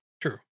True